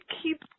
keep